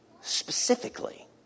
specifically